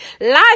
life